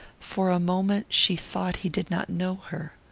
for a moment she thought he did not know her.